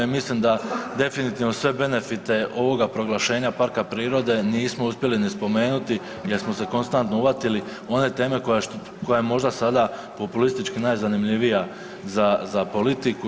I mislim da definitivno sve benefite ovoga proglašenja Parka prirode nismo uspjeli ni spomenuti jer smo se konstantno uhvatili one teme koja je možda sada populistički najzanimljivija za politiku.